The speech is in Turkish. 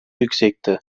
yüksekti